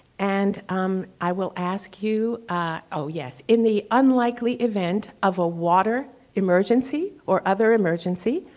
and um i will ask you oh yes, in the unlikely event of a water emergency or other emergency,